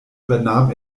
übernahm